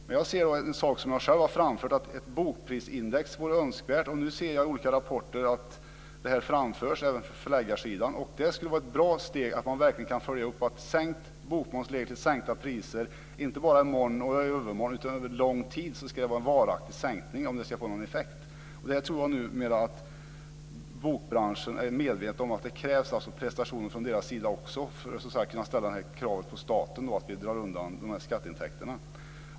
Men en sak som jag själv har framfört, att ett bokprisindex vore önskvärt, ser jag nu i olika rapporter framföras från förläggarsidan. Det skulle vara ett bra steg för att man verkligen skulle kunna följa upp att sänkt bokmoms leder till sänkta priser, inte bara i morgon och övermorgon, utan det ska vara en varaktig sänkning under lång tid om det ska få någon effekt. Jag tror att bokbranschen numera är medveten om att det krävs prestationer från deras sida också för att kunna ställa kravet på staten att dra undan de här skatteintäkterna.